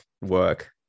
work